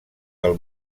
del